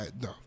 No